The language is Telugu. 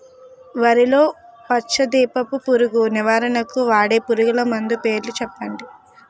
వరిలో పచ్చ దీపపు పురుగు నివారణకు వాడే పురుగుమందు పేరు చెప్పండి?